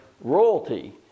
royalty